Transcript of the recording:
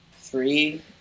three